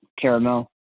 caramel